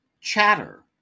Chatter